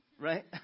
Right